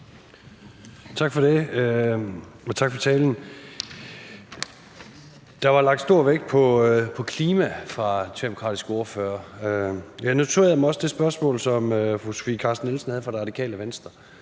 Tak for det, og tak for talen. Der blev lagt stor vægt på klima fra den socialdemokratiske ordfører, og jeg noterede mig også det spørgsmål, som fru Sofie Carsten Nielsen havde fra Det Radikale Venstre,